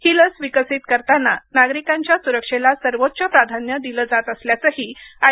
ही लस विकसित करताना नागरिकांच्या सुरक्षेला सर्वोच्च प्राधान्य दिलं जात असल्याचंही आय